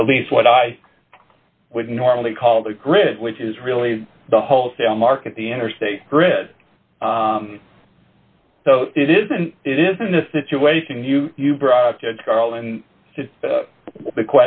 know at least what i would normally call the grid which is really the wholesale market the interstate grid so it isn't it isn't the situation you you brought carl in to the